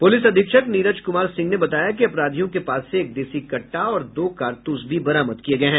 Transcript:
police अधीक्षक नीरज कुमार सिंह ने बताया कि अपराधियों के पास से एक देसी कट्टा और दो कारतूस भी बरामद किए गए हैं